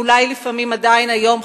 ואולי לפעמים עדיין היום,